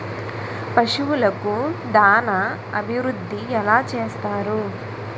పశువులకు దాన అభివృద్ధి ఎలా చేస్తారు?